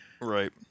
Right